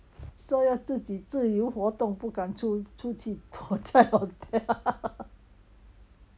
说要自己自由活动不出出去躲在 hotel